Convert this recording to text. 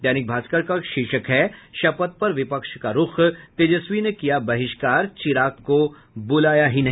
दैनिक भास्कर का शीर्षक है शपथ पर विपक्ष का रूख तेजस्वी ने किया बहिष्कार चिराग को बुलाया ही नहीं